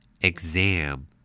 Exam